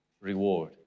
reward